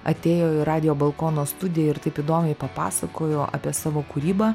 atėjo į radijo balkono studiją ir taip įdomiai papasakojo apie savo kūrybą